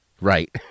right